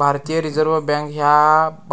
भारतीय Reserve Bank ह्या